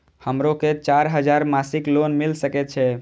हमरो के चार हजार मासिक लोन मिल सके छे?